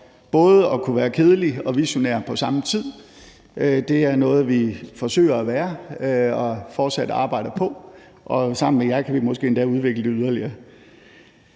både at kunne være kedelig og visionær på samme tid. Det er noget, vi forsøger at være og fortsat arbejder på, og sammen med jer kan vi måske endda udvikle det yderligere.